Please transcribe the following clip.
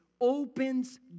opens